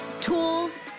tools